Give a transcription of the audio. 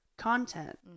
content